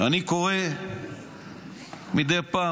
אני קורא מדי פעם.